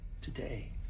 Today